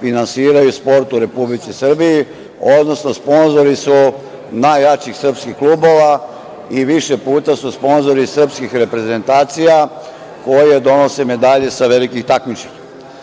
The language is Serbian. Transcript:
finansiraju sport u Republici Srbiji, odnosno sponzori su najjačih srpskih klubova i više puta su sponzori srpskih reprezentacija koje donose medalje sa velikih takmičenja.